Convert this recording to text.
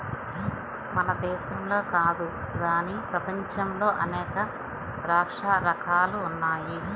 మన దేశంలో కాదు గానీ ప్రపంచంలో అనేక ద్రాక్ష రకాలు ఉన్నాయి